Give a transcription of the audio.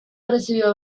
recibió